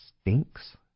stinks